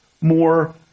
more